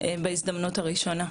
בהזדמנות הראשונה.